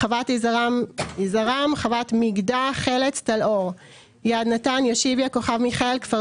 חוות יזרעם (יזרעם) חוות מיגדה חלץ טל אור יד נתן יושיביה כוכב מיכאל כפר